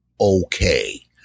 okay